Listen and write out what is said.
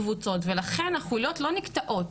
בין קבוצות ולכן החוליות לא נקטעות.